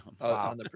Wow